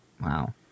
wow